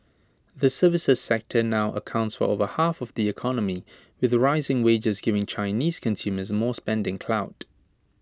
the services sector now accounts for over half of the economy with rising wages giving Chinese consumers more spending clout